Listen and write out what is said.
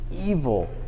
evil